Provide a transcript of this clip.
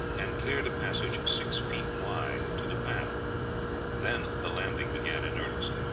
and cleared a passage six feet wide to the path then the landing began in earnest.